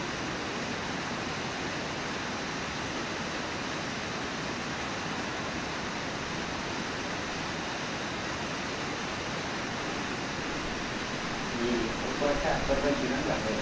ठीक ऐ ओह् व्हाट्सएप पर भेजी ओड़ेओ ना पैह्लें